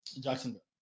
Jacksonville